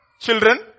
children